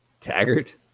Taggart